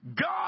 God